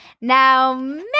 Now